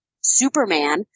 Superman